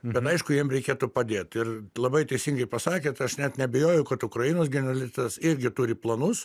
bet aišku jiem reikėtų padėt ir labai teisingai pasakėt aš net neabejoju kad ukrainos elitas irgi turi planus